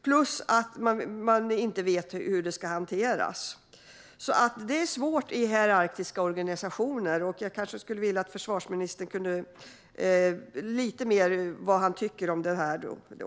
Man vet inte heller hur det ska hanteras. Det är svårt i hierarkiska organisationer. Jag undrar om försvarsministern kunde säga lite mer om vad han tycker om detta.